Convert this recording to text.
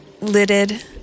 lidded